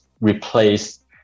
replace